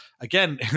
again